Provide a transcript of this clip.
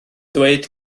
dweud